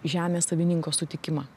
žemės savininko sutikimą